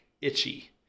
itchy